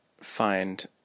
find